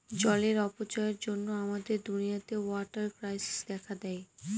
জলের অপচয়ের জন্য আমাদের দুনিয়াতে ওয়াটার ক্রাইসিস দেখা দেয়